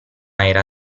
era